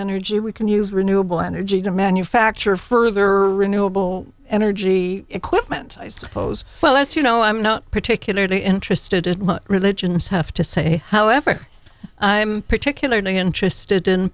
energy we can use renewable energy to manufacture further renewable energy equipment i suppose well that's you know i'm not particularly interested in religions have to say however i'm particularly interested in